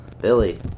Billy